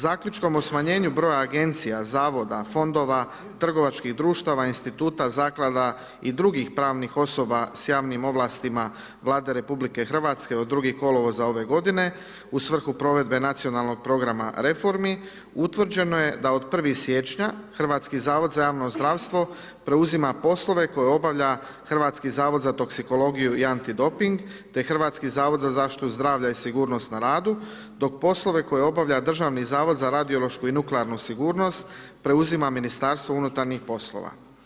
Zaključkom o smanjenju broja agencija, zavoda, fondova, trgovačkih društava, instituta, zaklada i drugih pravnih osoba za javnim ovlastima Vlade RH od 2. kolovoza ove godine u svrhu provedbe nacionalnog programa reformi utvrđeno je da od 1. siječnja HZJZ preuzima poslove koje obavlja Hrvatski zavod za toksikologiju i antidoping te Hrvatski zavod za zaštitu zdravlja i sigurnost na radu dok poslove koje obavlja Državni zavod za radiološku i nuklearnu sigurnost preuzima Ministarstvo unutarnjih poslova.